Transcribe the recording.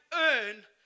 earn